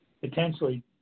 potentially